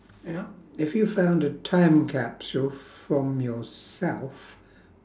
ya if you found a time capsule from yourself